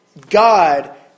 God